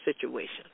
situation